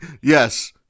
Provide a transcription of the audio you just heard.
Yes